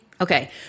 Okay